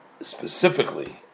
specifically